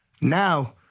Now